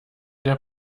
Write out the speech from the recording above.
der